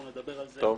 אנחנו נדבר על זה בהמשך,